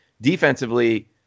defensively